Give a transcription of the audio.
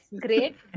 great